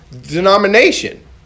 denomination